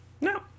No